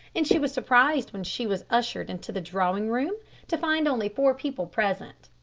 and she was surprised when she was ushered into the drawing-room to find only four people present.